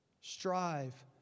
Strive